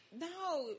No